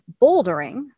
bouldering